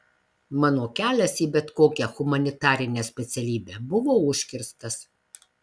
mano kelias į bet kokią humanitarinę specialybę buvo užkirstas